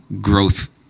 growth